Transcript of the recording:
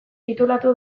titulatu